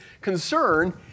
concern